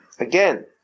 Again